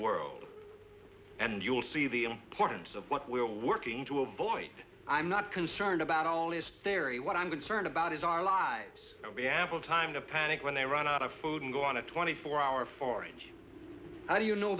world and you will see the importance of what we're all working to avoid i'm not concerned about all this terri what i'm concerned about is our lives the apple time to panic when they run out of food and go on a twenty four hour forage how do you know